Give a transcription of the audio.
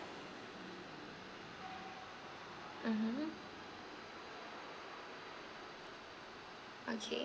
mmhmm okay